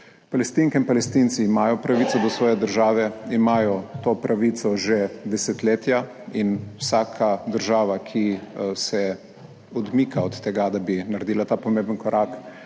Palestinke in Palestinci imajo pravico do svoje države. Imajo to pravico že desetletja. Vsaka država, ki se odmika od tega, da bi naredila ta pomemben korak,